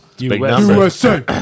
USA